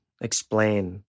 explain